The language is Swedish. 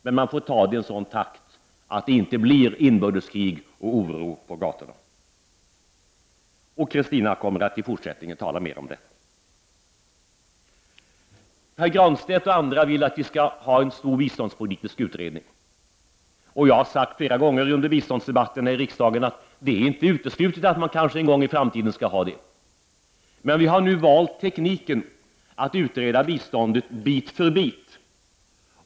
Men man måste ta det i sådan takt att det inte medför inbördeskrig och oro på gatorna. Kristina Svensson kommer att tala mer om detta i fortsättningen. Pär Granstedt och andra vill att vi skall ha en stor biståndspolitisk utredning. Jag har flera gånger under biståndsdebatten i riksdagen sagt att det inte är uteslutet att man kanske en gång i framtiden skall ha det. Men nu har vi valt en teknik som innebär att man utreder biståndet bit för bit.